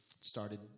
started